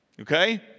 okay